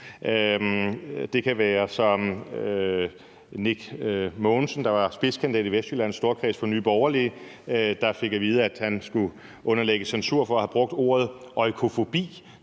Det kan være som Nick Mogensen, der var spidskandidat i Vestjyllands storkreds for Nye Borgerlige, og som fik at vide, at han skulle underlægges censur for at have brugt ordet oikofobi,